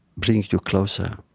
bring you closer